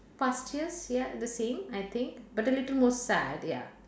past years ya the same I think but a little more sad ya